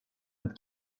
und